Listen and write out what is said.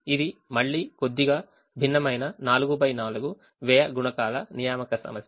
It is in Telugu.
ఇది మళ్ళీ కొద్దిగా భిన్నమైన 4 x 4 వ్యయ గుణకాల నియామక సమస్య